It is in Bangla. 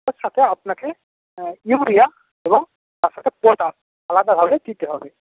তার সাথে আপনাকে ইউরিয়া এবং তার সাথে পটাশ আলাদাভাবে দিতে হবে